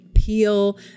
Peel